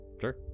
Sure